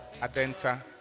Adenta